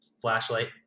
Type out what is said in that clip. flashlight